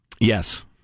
Yes